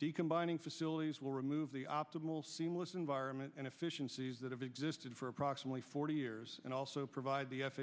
the combining facilities will remove the optimal seamless environment and efficiencies that have existed for approximately forty years and also provide the f